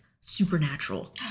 supernatural